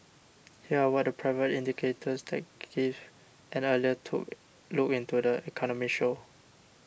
here are what the private indicators that give an earlier to look into the economy show